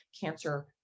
cancer